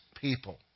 people